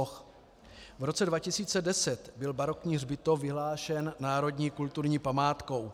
V roce 2010 byl barokní hřbitov vyhlášen národní kulturní památkou.